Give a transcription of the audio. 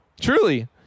Truly